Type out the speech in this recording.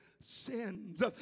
sins